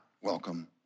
welcome